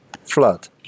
Flood